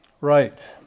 Right